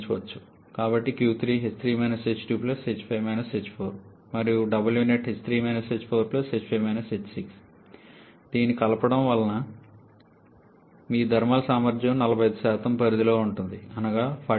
కాబట్టి మరియు దీన్ని కలపడం వలన మీ థర్మల్ సామర్థ్యం 45 పరిధిలో వస్తుంది అనగా 𝜂𝑡ℎ 45